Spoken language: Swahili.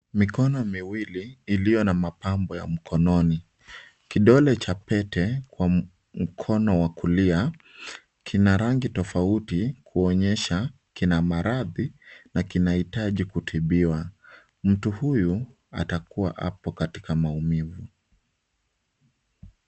Mikono miwili iliyo na mapambo ya mkononi kidole cha pete kwa mkono wa kulia kina rangi tofauti kuonyesha kina maradhi na kinahitaji kutibiwa. Mtu huyu atakuwa hapo katika maumivu.